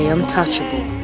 Untouchable